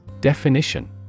Definition